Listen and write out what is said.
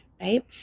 right